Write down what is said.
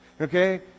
Okay